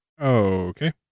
Okay